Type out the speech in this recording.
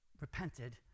repented